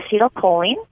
acetylcholine